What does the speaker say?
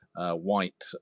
White